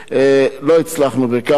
לא הצלחנו בכך,